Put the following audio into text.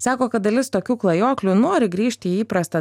sako kad dalis tokių klajoklių nori grįžti į įprastą